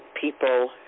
people